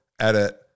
edit